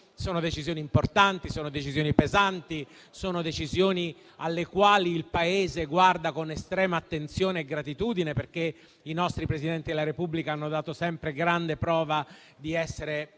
sono decisioni importanti, pesanti, alle quali il Paese guarda con estrema attenzione e gratitudine, perché i nostri Presidenti della Repubblica hanno dato sempre grande prova di essere